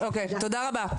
תודה רבה.